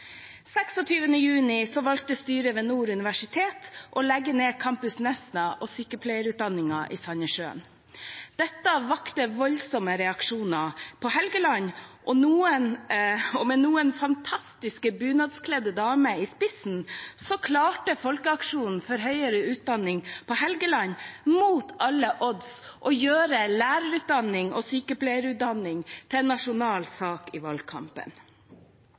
valgte styret ved Nord universitet å legge ned campus Nesna og sykepleierutdanningen i Sandnessjøen. Dette vakte voldsomme reaksjoner på Helgeland, men med noen fantastiske bunadskledde damer i spissen klarte Folkeaksjonen for høyere utdanning på Helgeland mot alle odds å gjøre lærerutdanning og sykepleierutdanning til en nasjonal sak i valgkampen.